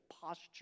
posture